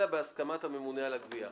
אלא בהסכמת הממונה על הגבייה."